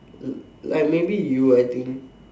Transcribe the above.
like maybe you I think